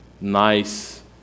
nice